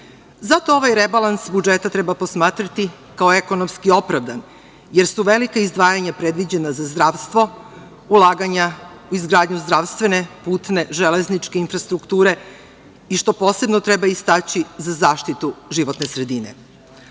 mera. Zato ovaj rebalans budžeta treba posmatrati kao ekonomski opravdan, jer su velika izdvajanja predviđena za zdravstvo, ulaganja u izgradnju zdravstvene, putne, železničke infrastrukture i što posebno treba istaći, za zaštitu životne sredine. Ako